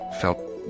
felt